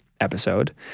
episode